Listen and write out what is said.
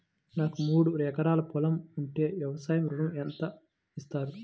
నాకు మూడు ఎకరాలు పొలం ఉంటే వ్యవసాయ ఋణం ఎంత ఇస్తారు?